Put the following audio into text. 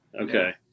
Okay